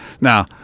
Now